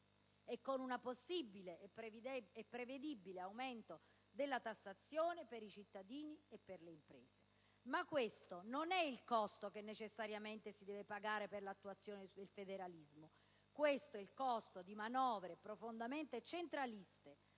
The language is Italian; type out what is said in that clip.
dei Comuni e un prevedibile aumento della tassazione per i cittadini e per le imprese. Ma questo non è il costo che si deve necessariamente pagare per l'attuazione del federalismo, bensì il prezzo di manovre profondamente centraliste,